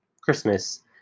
Christmas